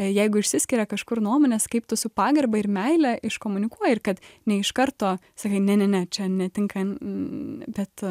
jeigu išsiskiria kažkur nuomonės kaip tu su pagarba ir meile iškomunikuoji ir kad ne iš karto sakai ne ne ne čia netinka bet